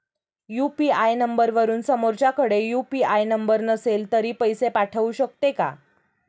UPI नंबरवरून समोरच्याकडे UPI number नसेल तरी पैसे पाठवू शकते का?